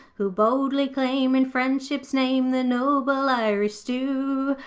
who boldly claim in friendship's name the noble irish stoo,